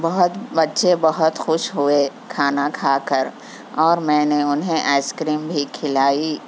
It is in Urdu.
بہت بچے بہت خوش ہوئے کھانا کھا کر اور میں نے انہیں آئس کریم بھی کھلائی